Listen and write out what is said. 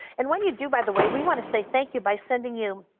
and when you do, by the way, we want to say thank you by sending you,